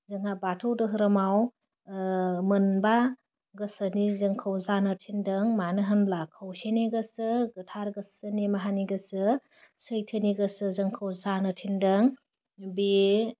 जोंहा बाथौ धोहोरोमाव ओह मोनबा गोसोनि जोंखौ जानो थिनदों मानो होनब्ला खौसेनि गोसो गोथार गोसोनि निमाहानि गोसो सैथोनि गोसो जोंखौ जानो थिन्दों बे